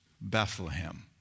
Bethlehem